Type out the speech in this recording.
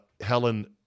Helen